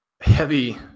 heavy